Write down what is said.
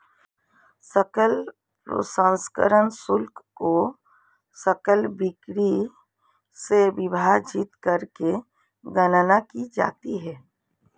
सकल प्रसंस्करण शुल्क को सकल बिक्री से विभाजित करके गणना की जाती है